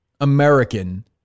American